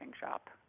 shop